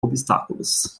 obstáculos